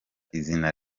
izina